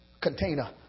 container